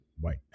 white